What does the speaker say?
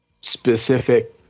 specific